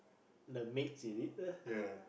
the maids is it uh